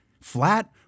Flat